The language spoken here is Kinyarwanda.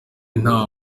nta